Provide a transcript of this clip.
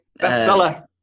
Bestseller